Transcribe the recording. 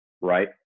right